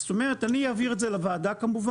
אז זאת אומרת אני אעביר את זה לוועדה כמובן.